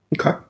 Okay